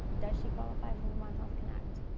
does she qualify for vermont health connect?